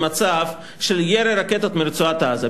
במצב של ירי רקטות מרצועת-עזה.